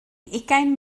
ugain